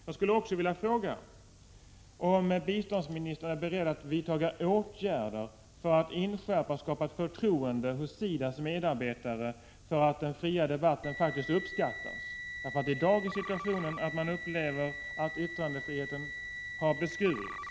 Jag skulle också vilja fråga om biståndsministern är beredd att vidtaga åtgärder för att inskärpa och hos SIDA:s medarbetare skapa förtroende för att den fria debatten faktiskt uppskattas. I dag är situationen den att man upplever att yttrandefriheten har beskurits.